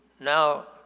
now